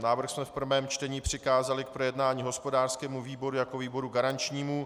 Návrh jsme ve prvém čtení přikázali k projednání hospodářskému výboru jako výboru garančnímu.